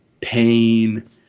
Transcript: pain